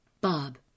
Bob